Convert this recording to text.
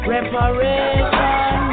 Reparation